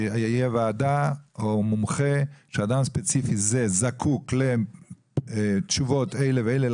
שתהיה ועדה או מומחה שאדם ספציפי זה זקוק לתשובות אלה ואלה,